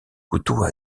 couteaux